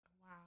Wow